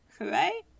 right